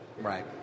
Right